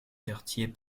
quartiers